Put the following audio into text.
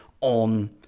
on